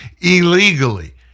illegally